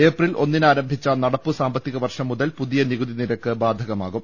April ഒന്നിന് ആരംഭിച്ച നടപ്പു സാമ്പത്തിക വർഷം മുതൽ പുതിയ നികുതി നിരക്ക് ബാധകമാകും